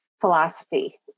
philosophy